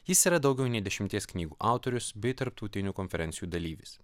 jis yra daugiau nei dešimties knygų autorius bei tarptautinių konferencijų dalyvis